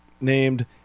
named